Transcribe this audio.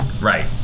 Right